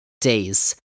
days